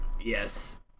Yes